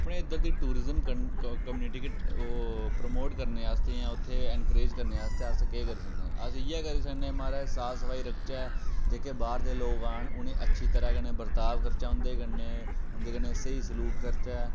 अपने इद्धर दे ट्यूरिजम कमनिटी गी ओह् प्रमोट करने आस्तै इयां उत्थें ऐनक्रेज़ करने आस्तै अस केह् करी सकने अस इ'यै करी सकने महाराज साफ सफाई रखचै जेह्के बाह्र दे लोक आन उनें अच्छी तरह् कन्नै बरताव करचै उं'दे कन्नै उं'दे कन्नै स्हेई सलूक करचै